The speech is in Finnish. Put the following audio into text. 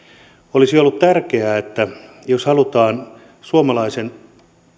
olisi ollut tärkeää huomioida että jos halutaan suomalaisen